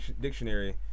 dictionary